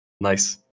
nice